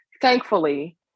thankfully